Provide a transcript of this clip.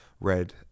red